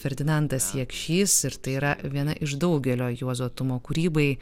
ferdinandas jakšys ir tai yra viena iš daugelio juozo tumo kūrybai